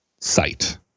site